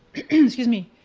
excuse me.